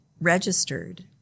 registered